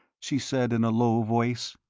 she said in a low voice.